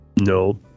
No